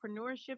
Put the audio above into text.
entrepreneurship